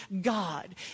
God